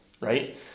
right